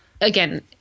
again